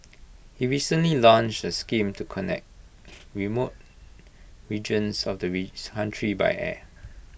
he recently launched A scheme to connect remote regions of the country by air